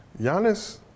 Giannis